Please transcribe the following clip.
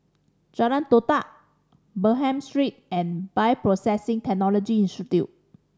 Jalan Todak Bernam Street and Bioprocessing Technology Institute